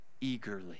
eagerly